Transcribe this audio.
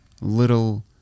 little